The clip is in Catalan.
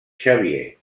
xavier